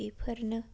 बेफोरनो